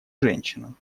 женщинам